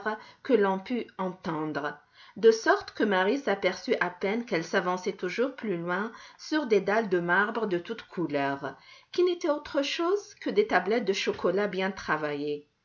que l'on pût entendre de sorte que marie s'aperçut à peine qu'elle s'avançait toujours plus loin sur des dalles de marbre de toutes couleurs qui n'étaient autre chose que des tablettes de chocolat bien travaillées